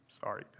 Sorry